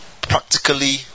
Practically